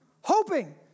Hoping